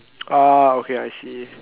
orh okay I see